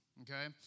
Okay